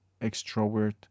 extrovert